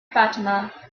fatima